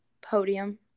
podium